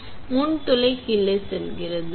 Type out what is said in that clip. முனை முன் துளை கீழே செல்கிறது